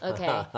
Okay